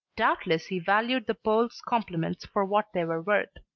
doubtless he valued the pole's compliments for what they were worth.